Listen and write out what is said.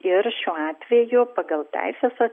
ir šiuo atveju pagal teisės